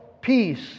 peace